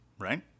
right